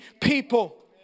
people